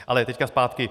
Ale teď zpátky.